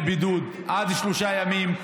דמי בידוד על עד שלושה ימים.